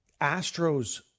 Astros